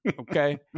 okay